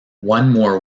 one